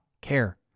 care